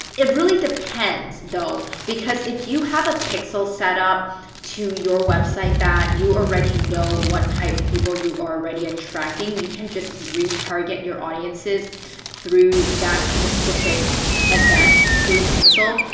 it really depends though because if you have a pixel set up to your website that you already know what type of people you are already attracting, you can just retarget your audiences through that specific event through the pixel.